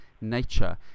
nature